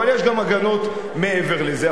אבל יש גם הגנות מעבר לזה.